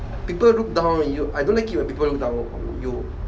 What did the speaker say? people look down on you I don't like it when people look down on you